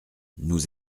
nous